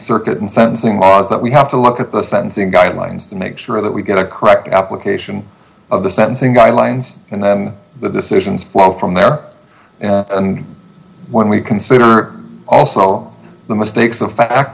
circuit and sentencing laws that we have to look at the sentencing guidelines to make sure that we get a correct application of the sentencing guidelines and then the decisions flow from there and when we consider also all the mistakes the fact